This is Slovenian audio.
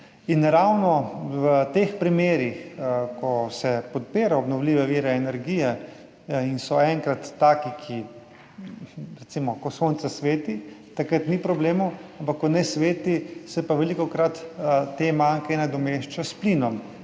CO2. Ravno v teh primerih, ko se podpira obnovljive vire energije in so enkrat taki, ko recimo sonce sveti, takrat ni problemov, ampak ko ne sveti, se pa velikokrat te manke nadomešča s plinom.